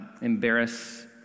embarrass